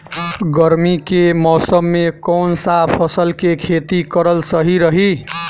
गर्मी के मौषम मे कौन सा फसल के खेती करल सही रही?